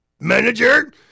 manager